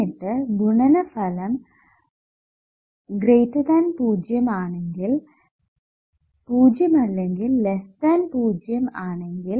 എന്നിട്ട് ഗുണനഫലം 0 അല്ലെങ്കിൽ 0 അല്ലെങ്കിൽ 0 ആകാം